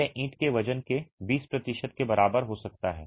यह ईंट के वजन के 20 प्रतिशत के बराबर हो सकता है